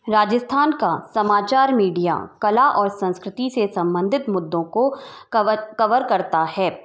राजस्थान का समाचार मीडिया कला और संस्कृति से संबंधित मुद्दों को कवर कवर करता है